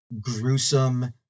gruesome